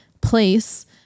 place